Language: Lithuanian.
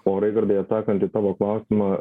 o raigardai atsakant į tavo klausimą